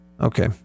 Okay